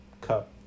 cup